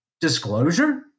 disclosure